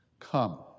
Come